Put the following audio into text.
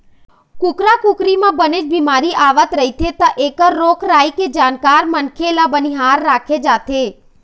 कुकरा कुकरी म बनेच बिमारी आवत रहिथे त एखर रोग राई के जानकार मनखे ल बनिहार राखे जाथे